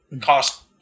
cost